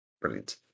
Brilliant